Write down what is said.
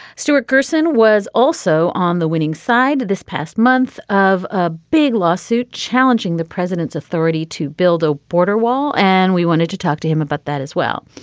stewart person was also on the winning side this past month of a big lawsuit challenging the president's authority to build a border wall. and we wanted to talk to him about that as well.